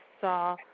saw